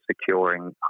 securing